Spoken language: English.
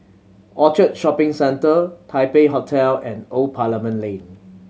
Orchard Shopping Centre Taipei Hotel and Old Parliament Lane